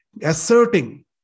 asserting